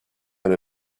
and